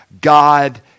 God